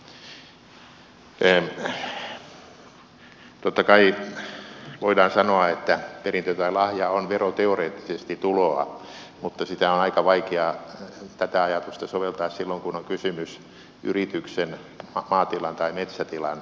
totta kai voidaan sanoa että perintö tai lahja on veroteoreettisesti tuloa mutta tätä ajatusta on aika vaikea soveltaa silloin kun on kysymys yrityksen maatilan tai metsätilan jatkamisesta